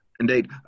Indeed